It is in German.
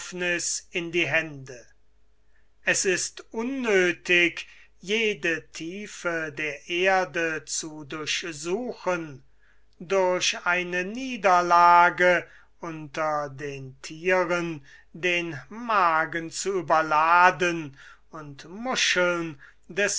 in die hände es ist unnöthig jede tiefe zu durchsuchen durch eine niederlage unter den thieren den magen zu überladen und muscheln des